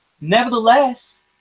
Nevertheless